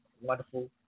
wonderful